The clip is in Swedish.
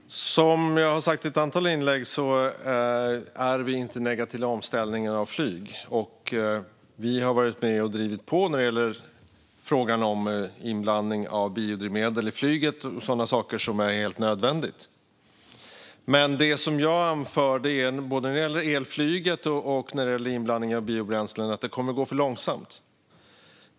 Fru talman! Som jag har sagt i ett antal inlägg är vi inte negativa till omställningen av flyg. Vi har varit med och drivit på när det gäller frågan om inblandning av biodrivmedel i flyget och andra sådana saker som är helt nödvändiga. Men det jag anförde både när det gäller elflyget och när det gäller inblandningen av biobränslen är att det kommer att gå för långsamt.